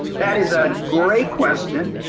that is a great question.